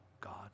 God